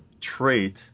trait